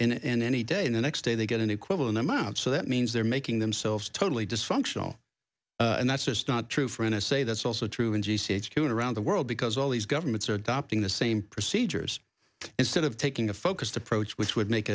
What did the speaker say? in any day the next day they get an equivalent amount so that means they're making themselves totally dysfunctional and that's just not true for n s a that's also true in g c h q and around the world because all these governments are adopting the same procedures instead of taking a focused approach which would make